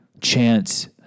Chance